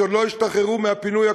שעוד לא השתחררו מהפינוי הקודם.